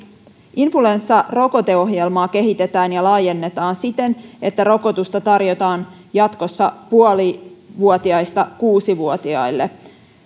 influenssarokoteohjelmaa kehitetään ja laajennetaan siten että rokotusta tarjotaan jatkossa puolivuotiaista kuusi vuotiaisiin